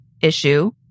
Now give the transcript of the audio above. issue